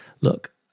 look